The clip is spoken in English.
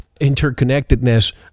interconnectedness